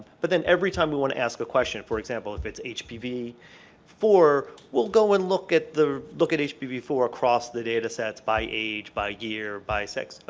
but then every time we want to ask a question for example if it's h p v four we'll go and look at the look at h p v four across the data sets by age, by year, by sex. oh,